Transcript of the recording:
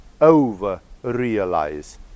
over-realize